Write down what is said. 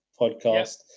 podcast